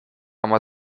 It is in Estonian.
oma